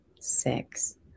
six